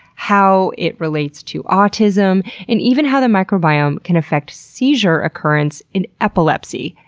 how it relates to autism, and even how the microbiome can affect seizure occurrence in epilepsy.